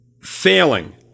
failing